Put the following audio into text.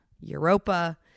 Europa